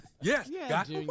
yes